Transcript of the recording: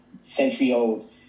century-old